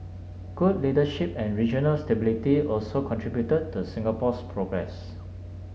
good leadership and regional stability also contributed to Singapore's progress